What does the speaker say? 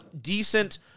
decent